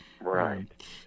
Right